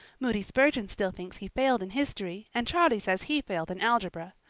moody spurgeon still thinks he failed in history and charlie says he failed in algebra.